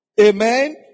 Amen